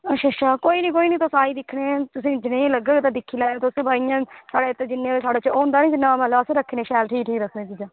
अच्छा अच्छा कोई निं तुस आई सकने तुसें ई जनेही लग्गग ते तुस दिक्खी लैयो भाई इंया एह् जिन्ना बी इत्त होंदा नी शैल जिन्नी बी इत्त रक्खनै चीज़ां शैल